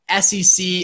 SEC